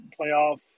playoff